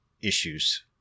issues